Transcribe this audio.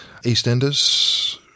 EastEnders